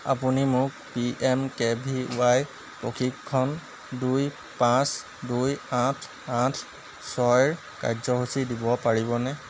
আপুনি মোক P M K V Y প্ৰশিক্ষণ দুই পাঁচ দুই আঠ আঠ ছয়ৰ সময়সূচী দিব পাৰিবনে